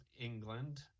England